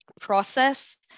process